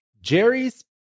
Jerry's